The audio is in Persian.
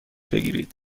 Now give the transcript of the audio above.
بگیرید